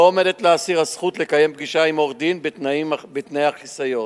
לא עומדת לאסיר הזכות לקיים פגישה עם עורך-דין בתנאי החיסיון.